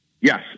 Yes